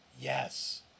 yes